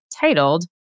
titled